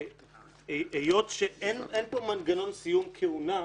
מכיוון שאין פה מנגנון סיום כהונה,